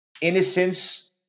innocence